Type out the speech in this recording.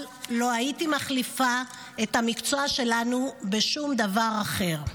אבל לא הייתי מחליפה את המקצוע שלנו בשום דבר אחר.